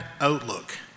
outlook